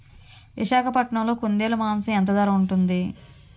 విశాఖపట్నంలో కుందేలు మాంసం ఎంత ధర ఉంటుంది?